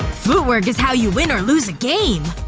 footwork is how you win or lose a game